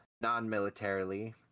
non-militarily